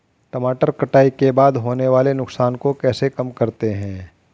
टमाटर कटाई के बाद होने वाले नुकसान को कैसे कम करते हैं?